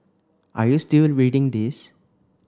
are you still reading this